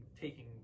taking